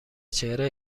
چهره